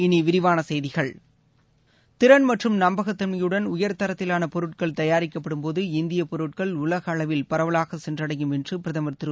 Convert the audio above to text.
இனி விரிவான செய்திகள் திறன் மற்றும் நம்பகத்தன்மையுடன் உயர் தரத்திவான பொருட்கள் தயாரிக்கப்படும்போது இந்தியப் பொருட்கள் உலக அளவில் பரவலாகச் சென்றடையும் என்று பிரதமர் திரு